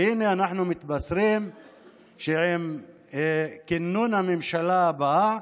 והינה, אנחנו מתבשרים שעם כינון הממשלה הבאה,